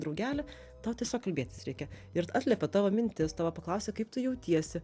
draugelį tau tiesiog kalbėtis reikia ir atliepia tavo mintis tavo paklausia kaip tu jautiesi